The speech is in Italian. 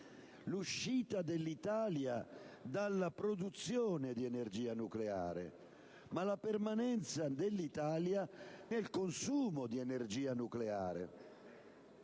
l'uscita dell'Italia dalla produzione di energia nucleare, ma la permanenza del nostro Paese nel consumo di energia nucleare.